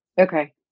Okay